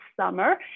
summer